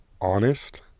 honest